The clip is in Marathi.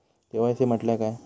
के.वाय.सी म्हटल्या काय?